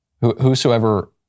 whosoever